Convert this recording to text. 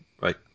Right